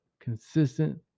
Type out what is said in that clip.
consistent